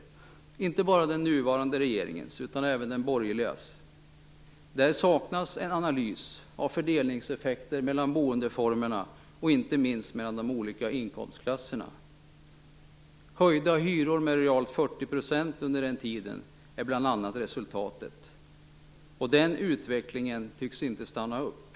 Det gäller då inte bara den nuvarande regeringen utan även den borgerliga regeringen. Där saknas en analys av fördelningseffekterna mellan boendeformerna och inte minst mellan de olika inkomstklasserna. Höjda hyror realt med 40 % under den tiden är ett resultat. Den utvecklingen tycks inte stanna upp.